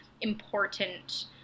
important